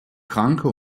kranke